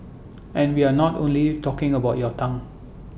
and we are not only talking about your tongue